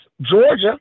Georgia